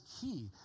key